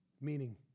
Meaning